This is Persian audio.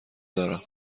دارم